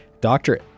Doctor